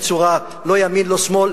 בצורה של לא ימין ולא שמאל.